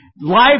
Life